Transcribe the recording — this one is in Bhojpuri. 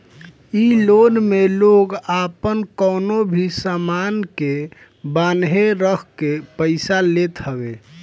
इ लोन में लोग आपन कवनो भी सामान के बान्हे रखके पईसा लेत हवे